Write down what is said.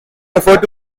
referred